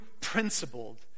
principled